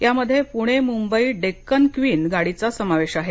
यामध्ये पूणे मुंबई डेक्कन क्वीन गाडीचा समावेश आहे